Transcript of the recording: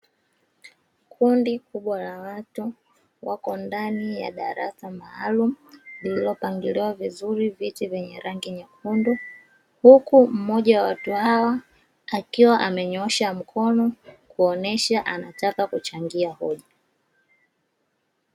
Kundi kubwa la watu wako ndani ya darasa maalumu, lililopangiliwa vizuri viti vyenye rangi nyekundu, huku mmoja wa watu hawa akiwa amenyoosha mkono kuonesha anataka kuchangia hoja.